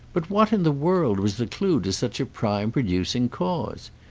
but what in the world was the clue to such a prime producing cause?